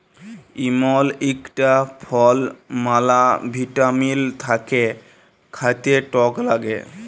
ইমল ইকটা ফল ম্যালা ভিটামিল থাক্যে খাতে টক লাগ্যে